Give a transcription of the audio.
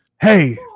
Hey